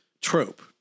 trope